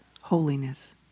holiness